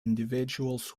individuals